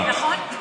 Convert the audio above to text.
נכון?